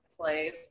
plays